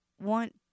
want